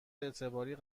اعتباری